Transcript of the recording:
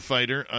Fighter